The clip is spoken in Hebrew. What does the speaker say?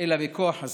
אלא בכוח הזכות".